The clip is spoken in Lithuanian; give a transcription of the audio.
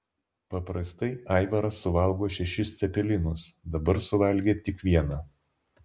paprastai aivaras suvalgo šešis cepelinus dabar suvalgė tik vieną